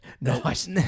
nice